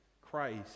Christ